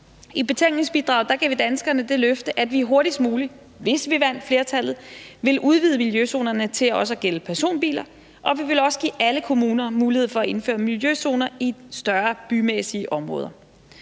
I betænkningsbidraget giver vi danskerne det løfte, at vi hurtigst mulig, hvis vi vandt flertallet, ville udvide miljøzonerne til også at gælde personbiler, og vi ville også give alle kommuner mulighed for at indføre miljøzoner i større bymæssige områder.